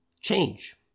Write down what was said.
change